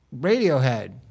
Radiohead